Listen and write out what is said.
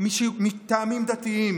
מטעמים דתיים,